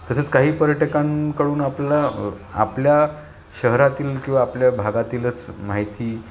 तसंच काही पर्यटकांकडून आपला आपल्या शहरातील किंवा आपल्या भागातीलच माहिती